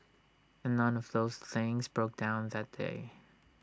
and none of those things broke down that day